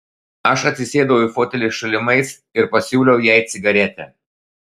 aš atsisėdau į fotelį šalimais ir pasiūliau jai cigaretę